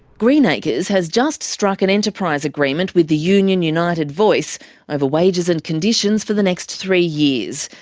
greenacres has just struck an enterprise agreement with the union united voice over wages and conditions for the next three years.